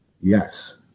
Yes